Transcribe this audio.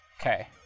Okay